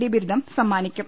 D ബിരുദം സമ്മാനിക്കും